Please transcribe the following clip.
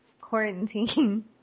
quarantine